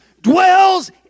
dwells